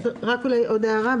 רק עוד הערה,